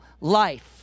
life